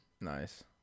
Nice